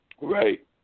right